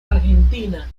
argentina